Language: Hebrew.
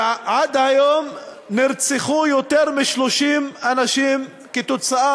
ועד היום נרצחו יותר מ-30 אנשים כתוצאה